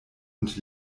und